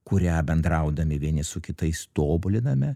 kurią bendraudami vieni su kitais tobuliname